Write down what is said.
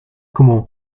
como